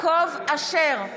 אשר,